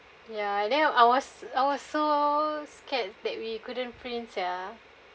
ya and then I was I was so scared that we couldn't print sia